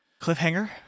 cliffhanger